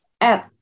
add